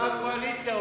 הודעת ועדת העבודה,